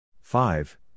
five